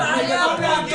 האוצר?